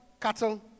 cattle